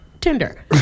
Tinder